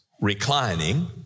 reclining